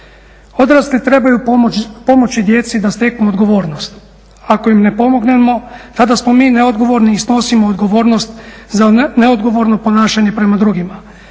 Odrasli trebaju pomoći djeci da steknu odgovornost. Ako im ne pomognemo tada smo mi neodgovorni i snosimo odgovornost za neodgovorno ponašanje prema drugima.